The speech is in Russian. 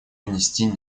внести